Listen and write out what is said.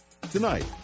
Tonight